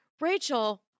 Rachel